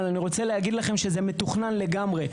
אבל אני רוצה להגיד לכם שזה מתוכנן לגמרי.